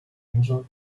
angel